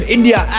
India